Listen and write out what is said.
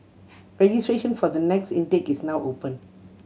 registration for the next intake is now open